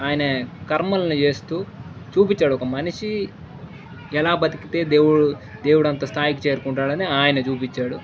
ఆయన కర్మల్లను చేస్తూ చూపించాడు ఒక మనిషి ఎలా బతికితే దేవుడు దేవుడంత స్థాయికి చేరుకుంటాడని ఆయన చూపించాడు